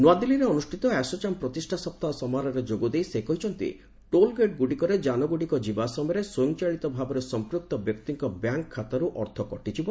ନୂଆଦିଲ୍ଲୀରେ ଅନୁଷ୍ଠିତ ଆଶୋଚାମ୍ ପ୍ରତିଷ୍ଠା ସପ୍ତାହ ସମାରୋହରେ ଯୋଗ ଦେଇ ସେ କହିଛନ୍ତି ଟୋଲ୍ ଗେଟ୍ଗୁଡ଼ିକରେ ଯାନଗୁଡ଼ିକ ଯିବା ସମୟରେ ସ୍ୱୟଂଚାଳିତ ଭାବରେ ସମ୍ପ୍ୟକ୍ତ ବ୍ୟକ୍ତିଙ୍କ ବ୍ୟାଙ୍କ୍ ଖାତାରୁ ଅର୍ଥ କଟିଯିବ